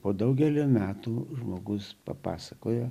po daugelio metų žmogus papasakojo